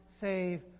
save